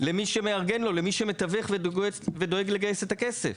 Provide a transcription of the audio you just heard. למי שמארגן, מתווך ודואג לגייס את הכסף.